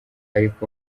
ariko